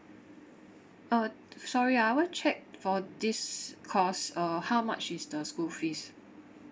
uh sorry ah I want check for this course uh how much is the school fees